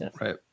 Right